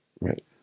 Right